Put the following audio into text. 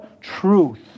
truth